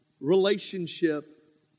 relationship